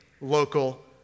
Local